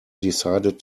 decided